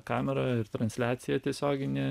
kamera ir transliacija tiesioginė